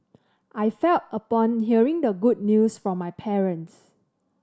I felt upon hearing the good news from my parents